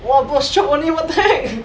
!wah! bro shiok only what the heck